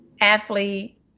athlete